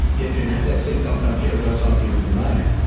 if you and have that sick, don't come here, go talk to your provider.